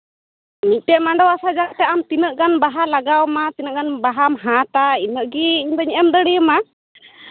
ᱢᱤᱫᱴᱮᱡ ᱢᱟᱸᱰᱣᱟ ᱥᱟᱡᱟᱣᱛᱮ ᱟᱢ ᱛᱤᱱᱟᱹᱜ ᱜᱟᱱ ᱵᱟᱦᱟ ᱞᱟᱜᱟᱣᱢᱟ ᱛᱤᱱᱟᱹᱜ ᱜᱟᱱ ᱵᱟᱦᱟᱢ ᱦᱟᱴᱼᱟ ᱤᱱᱟᱹᱜ ᱜᱮ ᱤᱧᱫᱩᱧ ᱮᱢ ᱫᱟᱲᱮ ᱟᱢᱟ